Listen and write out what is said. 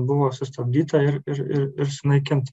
buvo sustabdyta ir ir ir ir sunaikint